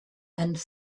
and